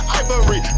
ivory